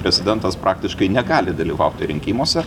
prezidentas praktiškai negali dalyvauti rinkimuose